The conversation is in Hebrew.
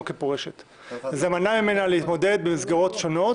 כפורשת וזה מנע ממנה להתמודד במסגרות שונות.